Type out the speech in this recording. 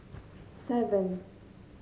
seven